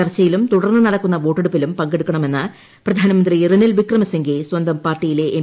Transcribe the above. ചർച്ചയിലും തുടർന്ന് നടക്കുന്ന വോട്ടെടുപ്പിലും പങ്കെടുക്കണമെന്ന് പ്രധാനമന്ത്രി റനിൽ വിക്രമസിംഗെ സ്വന്തം പാർട്ടിയിലെ എം